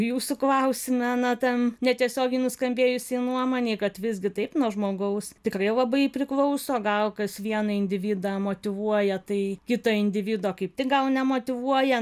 jūsų klausime na ten netiesiogiai nuskambėjusiai nuomonei kad visgi taip nuo žmogaus tikrai labai priklauso gal kas vieną individą motyvuoja tai kito individo kaip tik gal nemotyvuoja